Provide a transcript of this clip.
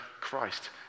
Christ